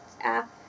app